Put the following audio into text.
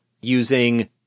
using